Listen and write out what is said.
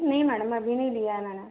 नहीं मैडम अभी नहीं लिया है मैंने